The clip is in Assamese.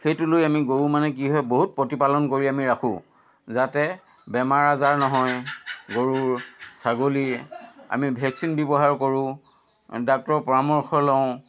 সেইটো লৈ আমি গৰু মানে কি হয় বহুত প্ৰতিপালন কৰি আমি ৰাখোঁ যাতে বেমাৰ আজাৰ নহয় গৰুৰ ছাগলীৰ আমি ভেকচিন ব্যৱহাৰ কৰোঁ ডাক্টৰৰ পৰামৰ্শ লওঁ